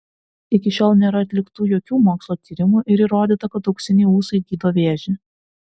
iki šiol nėra atliktų jokių mokslo tyrimų ir įrodyta kad auksiniai ūsai gydo vėžį